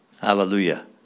Hallelujah